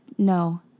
No